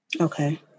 Okay